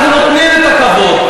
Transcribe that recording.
אנחנו נותנים את הכבוד.